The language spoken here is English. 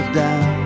down